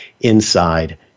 inside